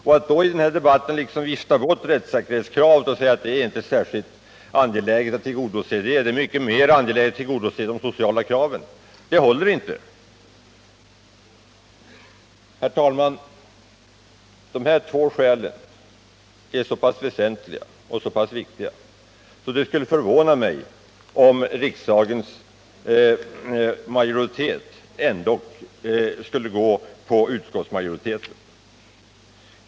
Man har här i debatten velat liksom vifta bort rättssäkerhetskravet därför att det skulle vara mycket mer angeläget att tillgodose de sociala kraven, men det håller inte. Bägge kraven måste tillgodoses. Herr talman! De båda skäl som jag har redogjort för är så väsentliga att det skulle förvåna mig om riksdagens majoritet ändock skulle följa utskottsmajoritetens förslag.